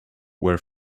were